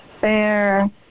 fair